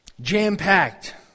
jam-packed